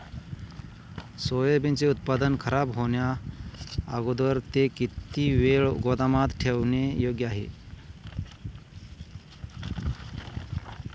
सोयाबीनचे उत्पादन खराब होण्याअगोदर ते किती वेळ गोदामात ठेवणे योग्य आहे?